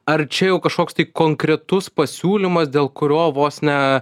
ar čia jau kažkoks tai konkretus pasiūlymas dėl kurio vos ne